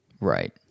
right